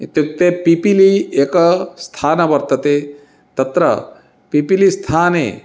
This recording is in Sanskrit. इत्युक्ते पिपीलि एकं स्थानं वर्तते तत्र पिपीलि स्थाने